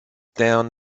down